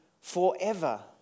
forever